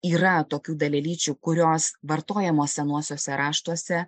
yra tokių dalelyčių kurios vartojamos senuosiuose raštuose